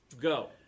Go